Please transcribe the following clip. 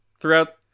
throughout